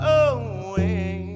away